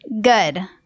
Good